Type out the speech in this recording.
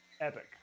Epic